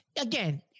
again